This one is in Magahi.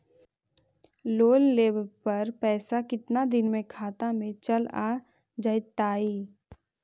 लोन लेब पर पैसा कितना दिन में खाता में चल आ जैताई?